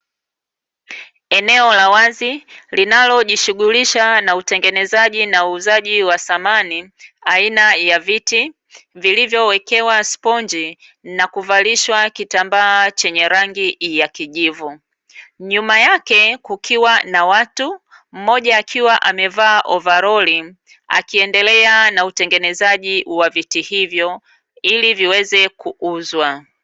Eneo la wazi linalojishughulisha na utengenezaji na uuzaji wa samani aina ya viti, vilivyowekewa sponji na kuvalishwa kitambaa chenye rangi ya kijivu. Nyuma yake kukiwa na watu, mmoja akiwa amevaa ovaroli akiendelea na utengenezaji wa viti hivyo ili viweze kuuzwa.